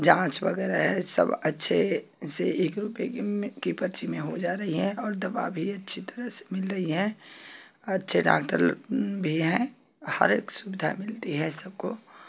जाँच वगैरह है सब अच्छे से एक रुपए में की पर्ची में हो जा रही है और दवा भी अच्छी तरह से मिल रही हैं अच्छे डाक्टर भी हैं हर एक सुविधा मिलती है सबको